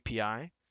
API